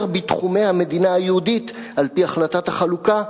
בתחומי המדינה היהודית על-פי החלטת החלוקה,